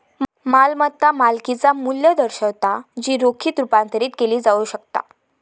मालमत्ता मालकिचा मू्ल्य दर्शवता जी रोखीत रुपांतरित केली जाऊ शकता